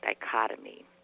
dichotomy